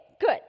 good